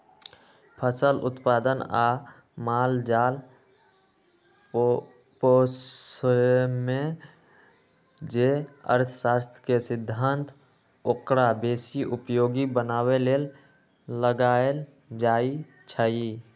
फसल उत्पादन आ माल जाल पोशेमे जे अर्थशास्त्र के सिद्धांत ओकरा बेशी उपयोगी बनाबे लेल लगाएल जाइ छइ